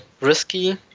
risky